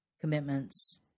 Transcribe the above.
commitments